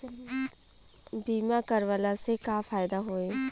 बीमा करवला से का फायदा होयी?